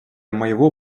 моего